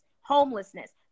homelessness